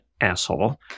asshole